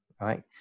right